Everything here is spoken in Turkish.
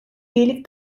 üyelik